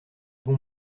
bon